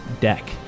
deck